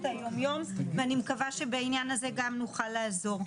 היומיום ואני מקווה שבעניין הזה גם נוכל לעזור.